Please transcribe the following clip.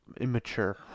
immature